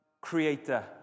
creator